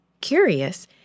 Curious